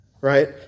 Right